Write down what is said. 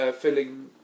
filling